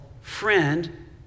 friend